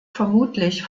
vermutlich